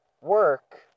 Work